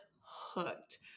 hooked